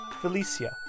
Felicia